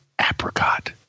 apricot